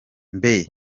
mbe